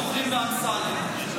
בוחרים באמסלם,